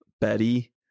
Betty